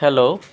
hello